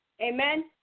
Amen